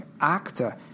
actor